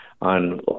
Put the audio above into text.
on